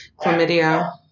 chlamydia